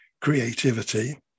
creativity